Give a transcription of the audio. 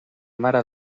mare